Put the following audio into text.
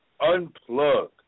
Unplug